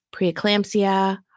preeclampsia